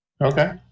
okay